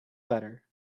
letter